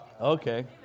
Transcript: Okay